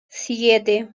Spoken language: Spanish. siete